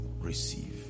receive